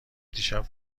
دیشب